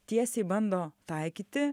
tiesiai bando taikyti